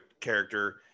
character